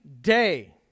day